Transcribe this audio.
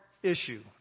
Issue